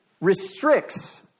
restricts